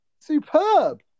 Superb